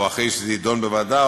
או אחרי שזה יידון בוועדה,